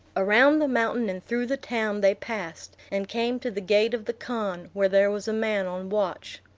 around the mountain and through the town they passed, and came to the gate of the khan, where there was a man on watch.